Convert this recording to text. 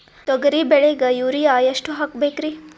ತೊಗರಿ ಬೆಳಿಗ ಯೂರಿಯಎಷ್ಟು ಹಾಕಬೇಕರಿ?